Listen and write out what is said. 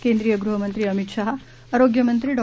केंद्रीय गृहमंत्री अमित शाह आरोग्य मंत्री डॉ